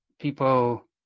people